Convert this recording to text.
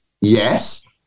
Yes